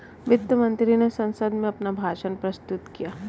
वित्त मंत्री ने संसद में अपना भाषण प्रस्तुत किया